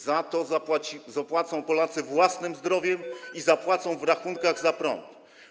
Za to zapłacą Polacy własnym zdrowiem i zapłacą w rachunkach za prąd.